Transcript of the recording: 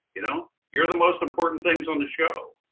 you know you're the most important things on the show.